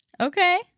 Okay